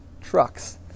truck's